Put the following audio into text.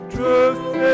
Truth